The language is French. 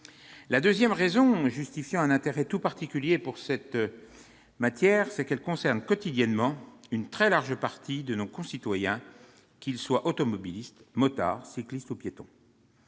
La deuxième raison justifiant un intérêt tout particulier pour cette matière, c'est parce qu'elle concerne quotidiennement une très large partie de nos concitoyens, qu'ils soient automobilistes, motards, cyclistes ou piétons.